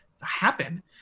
happen